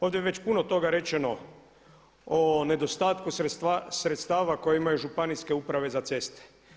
Ovdje je već puno toga rečeno o nedostatku sredstava koje imaju Županijske uprave za ceste.